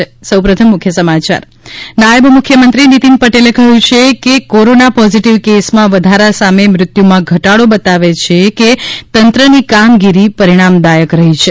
ત નાયબ મુખ્યમંત્રી નિતિનભાઈ પટેલે કહ્યું છે કે કોરોના પોઝિટિવ કેસમાં વધારા સામે મૃત્યુમાં ઘટાડો બતાવે છે કે તંત્રની કામગીરી પરિણામદાયક રહી છે